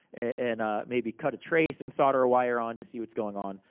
and maybe cut a trace, and solder a wire on to see what's going on.